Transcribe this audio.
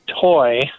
toy